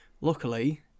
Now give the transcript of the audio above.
luckily